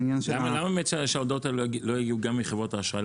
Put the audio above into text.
למה באמת שההודעות האלה לא יגיעו גם מחברות האשראי,